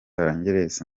angeles